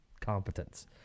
competence